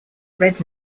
red